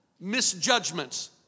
misjudgments